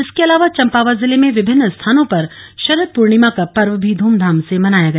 इसके अलावा चम्पावत जिले में विभिन्न स्थानों पर शरद पूर्णिमा का पर्व भी ध्मधाम से मनाया गया